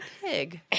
pig